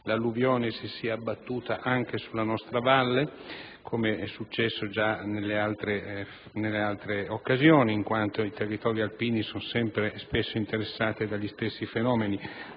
l'alluvione si sia abbattuta anche sulla nostra valle, come del resto è già successo in altre occasioni, in quanto i territori alpini sono spesso interessati dagli stessi fenomeni.